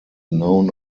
known